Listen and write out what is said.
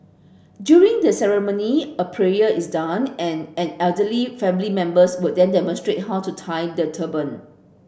during the ceremony a prayer is done and an elderly family members would then demonstrate how to tie the turban